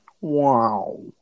Wow